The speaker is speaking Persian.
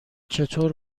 چطور